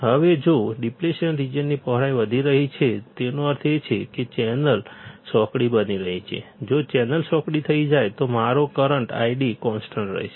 હવે જો ડીપ્લેશન રિજિયનની પહોળાઈ વધી રહી છે તેનો અર્થ એ કે ચેનલ સાંકડી બની રહી છે જો ચેનલ સાંકડી થઈ જાય તો મારો કરંટ ID કોન્સ્ટન્ટ રહેશે